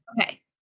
Okay